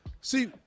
See